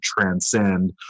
transcend